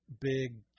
big